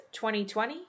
2020